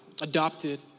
adopted